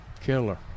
killer